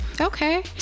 Okay